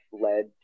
led